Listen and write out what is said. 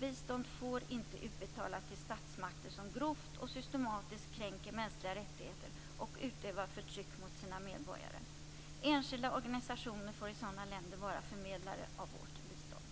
Bistånd får inte utbetalas till statsmakter som grovt och systematiskt kränker mänskliga rättigheter och utövar förtryck mot sina medborgare. Enskilda organisationer får i sådana länder vara förmedlare av vårt bistånd.